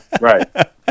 right